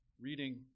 reading